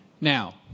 Now